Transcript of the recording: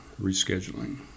rescheduling